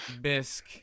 bisque